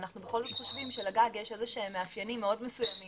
ואנחנו חושבים שלגג יש מאפיינים מאוד מסוימים.